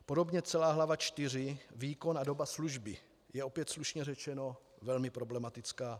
Podobně celá hlava IV výkon a doba služby je opět, slušně řečeno, velmi problematická.